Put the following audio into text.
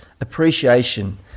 appreciation